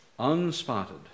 unspotted